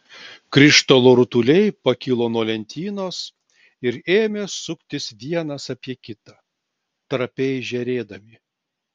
krištolo rutuliai pakilo nuo lentynos ir ėmė suktis vienas apie kitą trapiai žėrėdami